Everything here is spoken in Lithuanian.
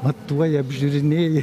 matuoja apžiūrinėja